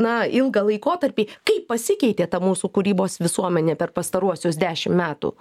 na ilgą laikotarpį kaip pasikeitė ta mūsų kūrybos visuomenė per pastaruosius dešim metų